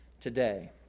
today